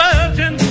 Virgin